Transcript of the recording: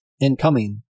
incoming